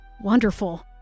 wonderful